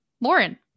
Lauren